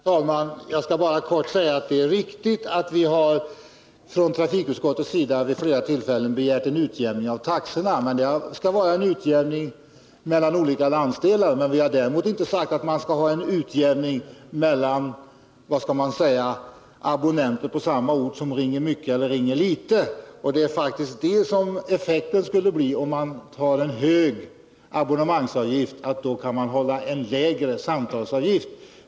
Herr talman! Jag skall bara kort säga att det är riktigt att vi från trafikutskottets sida vid flera tillfällen har begärt en utjämning av taxorna. Men det skall vara en utjämning mellan olika landsdelar. Vi har inte sagt att det skall vara en utjämning mellan abonnenter på samma ort som ringer mycket eller som ringer litet. Om man har en hög abonnemangsavgift blir faktiskt effekten att man kan hålla en lägre samtalsavgift.